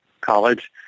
college